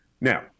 now